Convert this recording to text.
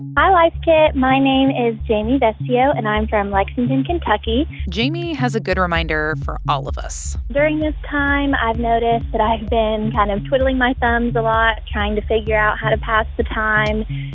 hi, life kit. my name is jamie vespio. and i'm from lexington, but ky jamie has a good reminder for all of us during this time, i've noticed that i've been kind of twiddling my thumbs a lot, trying to figure out how to pass the time.